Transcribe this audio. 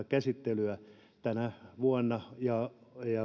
käsittelyssä tänä vuonna ja